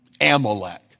Amalek